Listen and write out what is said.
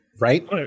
Right